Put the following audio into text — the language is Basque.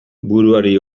buruari